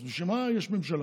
אז בשביל מה יש ממשלה?